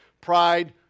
Pride